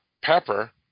Pepper